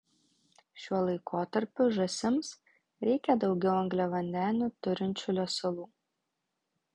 šiuo laikotarpiu žąsims reikia daugiau angliavandenių turinčių lesalų